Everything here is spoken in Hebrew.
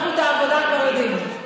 אנחנו את העבודה כבר יודעים,